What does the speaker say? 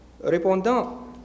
Répondant